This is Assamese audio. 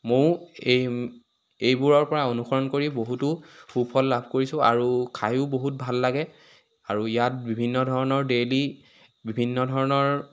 ময়ো এই এইবোৰৰৰ পৰা অনুসৰণ কৰি বহুতো সুফল লাভ কৰিছোঁ আৰু খায়ো বহুত ভাল লাগে আৰু ইয়াত বিভিন্ন ধৰণৰ ডেইলি বিভিন্ন ধৰণৰ